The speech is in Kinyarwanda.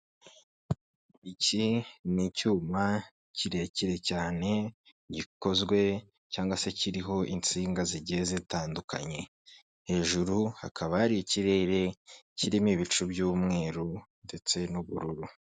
Iki ni icyuma kirekire cyane gikozwe cyangwa se kiriho insinga zigiye zitandukanye, hejuru hakaba hari ikirere kirimo ibicu by'umweru ndetse n'ubururu.